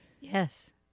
Yes